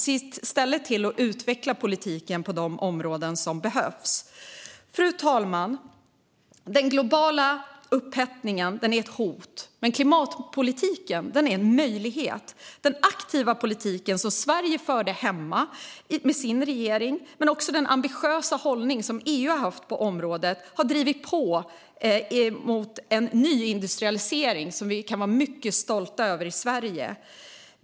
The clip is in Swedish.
Se i stället till att utveckla politiken på de områden där det behövs! Fru talman! Den globala upphettningen är ett hot, men klimatpolitiken är en möjlighet. Den aktiva politik som Sverige förde hemma med sin regering och den ambitiösa hållning som EU har haft på området har drivit på mot en ny industrialisering som vi kan vara mycket stolta över i Sverige.